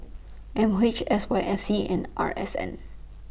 M O H S Y F C and R S N